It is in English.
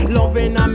Loving